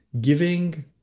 giving